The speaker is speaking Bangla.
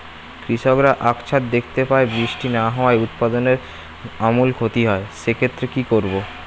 কৃষকরা আকছার দেখতে পায় বৃষ্টি না হওয়ায় উৎপাদনের আমূল ক্ষতি হয়, সে ক্ষেত্রে কি করব?